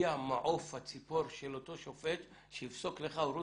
מעוף הציפור של אותו שופט שיפסוק לך הורות